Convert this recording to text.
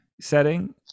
setting